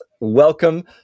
welcome